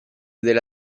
delle